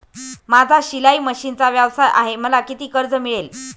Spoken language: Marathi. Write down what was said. माझा शिलाई मशिनचा व्यवसाय आहे मला किती कर्ज मिळेल?